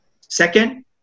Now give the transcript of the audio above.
Second